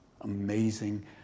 Amazing